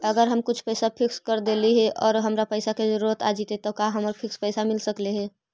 अगर हम कुछ पैसा फिक्स कर देली हे और हमरा पैसा के जरुरत आ जितै त का हमरा फिक्स पैसबा मिल सकले हे?